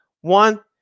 One